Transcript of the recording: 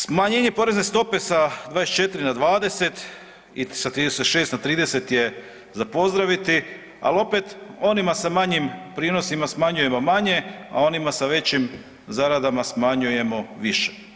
Smanjenje porezne stope sa 24 na 20 i sa 36 na 30 je za pozdraviti, ali opet, onima sa manjim prinosima smanjujemo manje, a onima sa većim zaradama smanjujemo više.